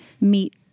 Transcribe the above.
meet